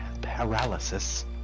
paralysis